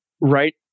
right